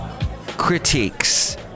Critiques